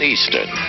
Eastern